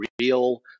real